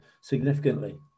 significantly